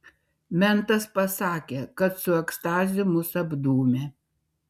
mentas pasakė kad su ekstazių mus apdūmė